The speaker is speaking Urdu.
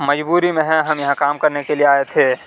مجبوری میں ہیں ہم یہاں کام کرنے کے لیے آئے تھے